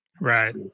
right